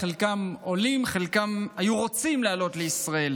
חלקם עולים וחלקם היו רוצים לעלות לישראל,